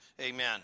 Amen